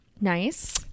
Nice